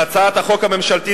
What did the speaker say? בהצעת החוק הממשלתית,